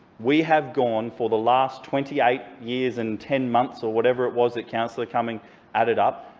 we have gone for the last twenty eight years and ten months or whatever it was that councillor cumming added up,